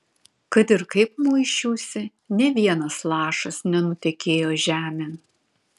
kad ir kaip muisčiausi nė vienas lašas nenutekėjo žemėn